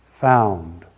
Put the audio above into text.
found